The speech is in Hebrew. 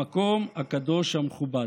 המקום הקדוש המכובד.